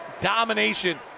domination